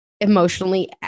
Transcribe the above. emotionally